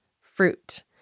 fruit